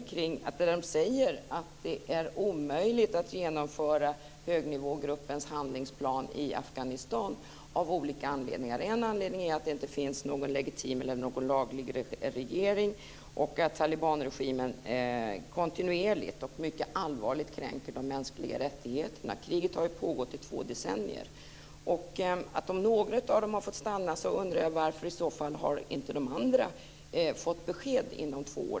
Man säger att det av olika anledningar är omöjligt att genomföra högnivågruppens handlingsplan i Afghanistan. En anledning är att det inte finns någon laglig regering och att talibanregimen kontinuerligt och allvarligt kränker de mänskliga rättigheterna. Kriget har pågått i två decennier. När nu några av dem har fått stanna undrar jag varför de andra inte har fått besked inom två år.